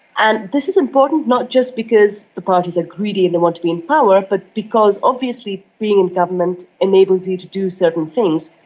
and this is important not just because the parties are greedy and they want to be in power, but because obviously being in government enables you to do certain things.